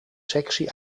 sexy